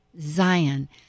Zion